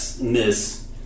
miss